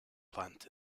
plant